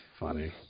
Funny